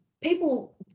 People